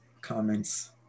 comments